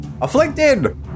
Afflicted